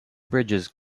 bridges